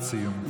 משפט סיום.